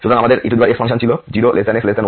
সুতরাং আমাদের ex function ছিল 0x1 অঞ্চলে